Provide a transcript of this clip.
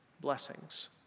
blessings